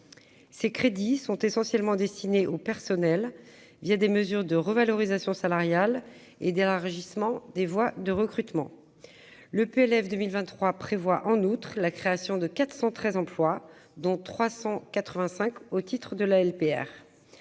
Ces crédits sont essentiellement destinés aux dépenses de personnel, des mesures de revalorisation salariale et d'élargissement des voies de recrutement. Le PLF pour 2023 prévoit, en outre, la création de 413 emplois, dont 385 au titre de la LPR.